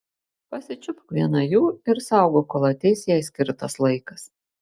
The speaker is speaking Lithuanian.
pasičiupk vieną jų ir saugok kol ateis jai skirtas laikas